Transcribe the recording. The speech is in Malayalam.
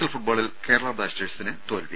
എൽ ഫുട്ബോളിൽ കേരളാ ബ്ലാസ്റ്റേഴ്സിന് തോൽവി